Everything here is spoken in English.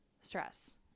stress